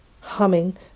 Humming